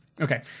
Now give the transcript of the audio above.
Okay